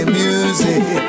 music